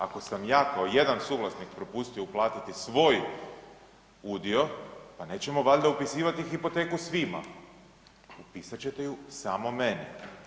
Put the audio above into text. Ako sam ja kao jedan suvlasnik propustio uplatiti svoj udio, pa nećemo valjda upisivati hipoteku svima, upisat ćete ju samo meni.